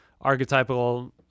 archetypal